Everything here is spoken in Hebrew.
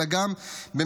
אלא גם במחקרים.